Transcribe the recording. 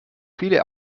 viele